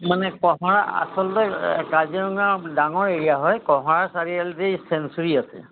মানে কঁহৰা আচলতে কাজিৰঙা ডাঙৰ এৰিয়া হয় কঁহৰা চাৰিআলিতেই চেঞ্চুৰী আছে